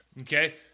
okay